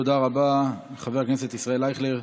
תודה רבה לחבר הכנסת ישראל אייכלר.